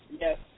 yes